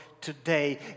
today